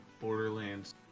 Borderlands